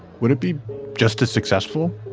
would it be just as successful?